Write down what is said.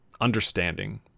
understanding